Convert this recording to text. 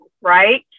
right